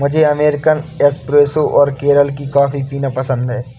मुझे American espresso और केरल की कॉफी पीना पसंद है